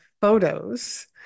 Photos